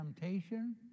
temptation